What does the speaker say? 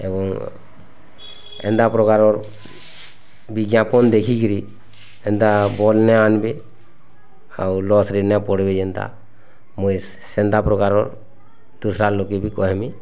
ଏବଂ ଏନ୍ତା ପ୍ରକାରର୍ ବିଜ୍ଞାପନ୍ ଦେଖିକରି ଏନ୍ତା ଭଲ୍ ନାଇଁ ଆନବେ ଆଉ ଲସ୍ରେ ନା ପଡ଼ବେ ବି ଜେନ୍ତା ମୁଇଁ ସେ ସେନ୍ତା ପ୍ରକାରର୍ ଦୁସ୍ରା ଲୁକେକୁ ବି କହିବି